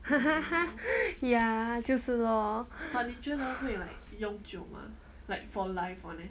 ya 就是 loh